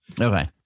Okay